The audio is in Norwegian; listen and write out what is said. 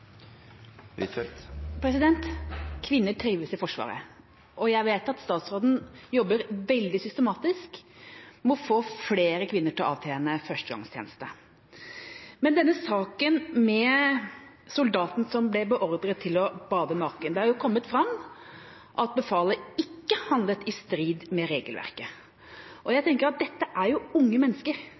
Huitfeldt – til oppfølgingsspørsmål. Kvinner trives i Forsvaret, og jeg vet at statsråden jobber veldig systematisk med å få flere kvinner til å avtjene førstegangstjeneste. Men når det gjelder denne saken med soldaten som ble beordret til å bade naken, er det kommet fram at befalet ikke handlet i strid med regelverket. Jeg tenker at dette er unge mennesker,